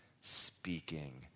speaking